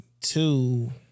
Two